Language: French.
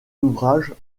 ouvrages